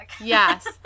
Yes